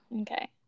Okay